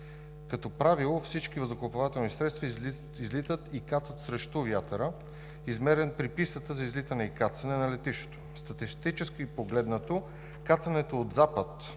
Като правило всички въздухоплавателни средства излитат и кацат срещу вятъра, измерен при пистата за излитане и кацане на летището. Статистически погледнато кацането от запад с